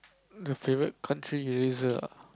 the favourite country eraser ah